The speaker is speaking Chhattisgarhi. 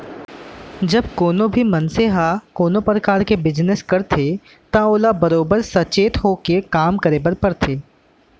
जब कोनों भी मनसे ह कोनों परकार के बिजनेस करथे त ओला बरोबर सचेत होके काम करे बर परथे